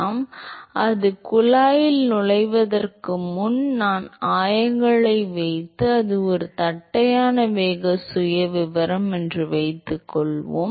எனவே அது குழாயில் நுழைவதற்கு முன் மற்றும் நான் ஆயங்களை வைத்தால் அது ஒரு தட்டையான வேக சுயவிவரம் என்று வைத்துக்கொள்வோம்